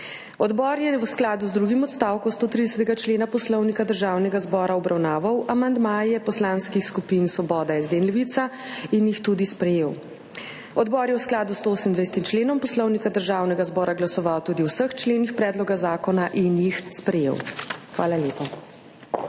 Odbor je v skladu z drugim odstavkom 130. člena Poslovnika Državnega zbora obravnaval amandmaje poslanskih skupin Svoboda, SD in Levica in jih tudi sprejel. Odbor je v skladu s 128. členom Poslovnika Državnega zbora glasoval tudi o vseh členih predloga zakona in jih sprejel. Hvala lepa.